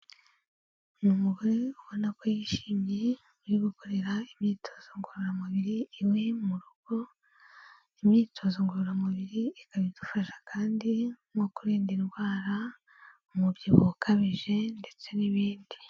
Ni umugore ubona ko yishimye, uri gukorera imyitozo ngororamubiri iwe mu rugo, imyitozo ngororamubiri ikaba idufasha kandi nko kurinda indwara umubyibuho ukabije ndetse n'ibindi.